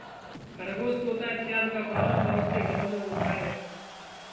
खरगोश तोता इत्यादि का पालन बहुत से घरों में होता है